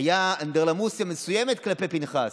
הייתה אנדרלמוסיה מסוימת כלפי פינחס.